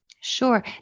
sure